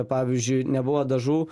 pavyzdžiui nebuvo dažų